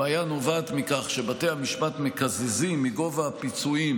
הבעיה נובעת מכך שבתי המשפט מקזזים מגובה הפיצויים